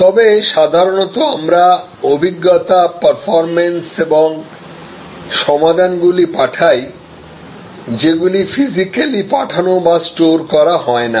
তবে সাধারণত আমরা অভিজ্ঞতা পারফরম্যান্স এবং সমাধানগুলি পাঠাই যেগুলি ফিজিক্যালি পাঠানো বা স্টোর করা হয় না